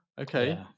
okay